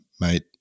Mate